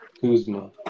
Kuzma